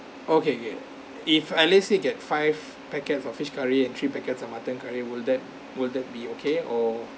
okay okay if I let's say get five packets of fish curry and three packets of mutton curry will that will that be okay or